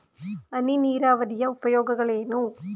ಹನಿ ನೀರಾವರಿಯ ಉಪಯೋಗಗಳೇನು?